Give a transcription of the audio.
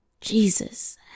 Jesus